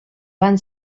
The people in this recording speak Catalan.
van